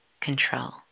control